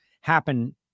happen